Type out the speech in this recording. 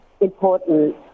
important